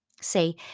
Say